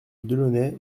delaunay